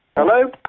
Hello